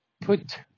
put